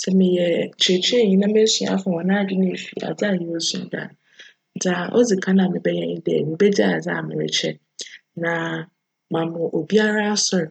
Sj meyj kyerjkyerjnyi na m'esuafo hcn adwen efi adze a yerusua no do a, dza odzi kan a mebjyj nye dj, mebegyaa adze a merekyerj no. Na ma ama obiara asojr,